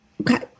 Okay